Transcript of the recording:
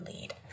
lead